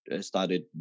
started